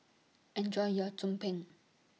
Enjoy your Tumpeng